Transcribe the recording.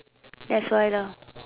that's why lah